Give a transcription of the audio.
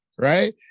right